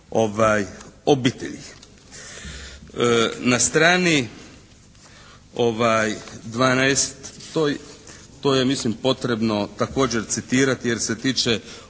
obitelji. Na strani 12., to je mislim potrebno također citirati jer se tiče